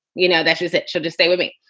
you know, that she's it should stay with me.